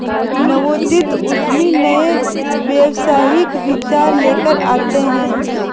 नवोदित उद्यमी नए व्यावसायिक विचार लेकर आते हैं